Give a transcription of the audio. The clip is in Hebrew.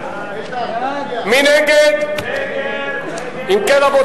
המשרד לענייני מודיעין, רזרבה